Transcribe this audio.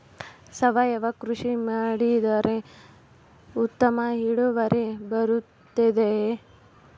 ಸಾವಯುವ ಕೃಷಿ ಮಾಡಿದರೆ ಉತ್ತಮ ಇಳುವರಿ ಬರುತ್ತದೆಯೇ?